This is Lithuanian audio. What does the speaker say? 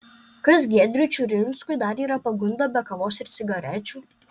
kas giedriui čiurinskui dar yra pagunda be kavos ir cigarečių